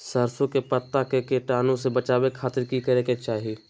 सरसों के पत्ता के कीटाणु से बचावे खातिर की करे के चाही?